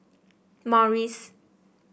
morries